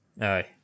aye